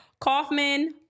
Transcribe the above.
Kaufman